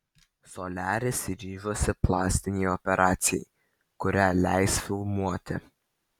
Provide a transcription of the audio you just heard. soliaris ryžosi plastinei operacijai kurią leis filmuoti